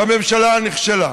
והממשלה נכשלה.